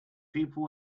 people